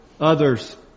others